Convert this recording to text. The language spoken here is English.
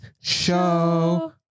show